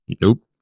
Nope